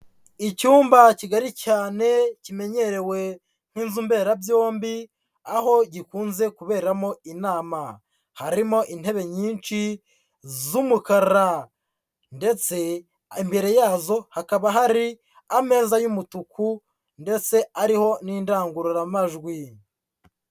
Icyumba kigari cyane kimenyerewe nk'inzu mberabyombi, aho gikunze kuberamo inama, harimo intebe nyinshi z'umukara ndetse imbere yazo hakaba hari ameza y'umutuku ndetse ariho n'indangururamajwi.